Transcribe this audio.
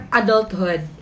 adulthood